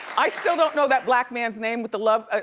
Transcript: i still don't know that black man's name with the love,